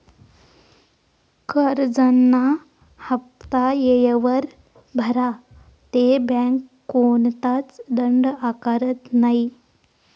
करजंना हाफ्ता येयवर भरा ते बँक कोणताच दंड आकारत नै